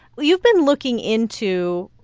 well, you've been looking into,